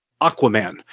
aquaman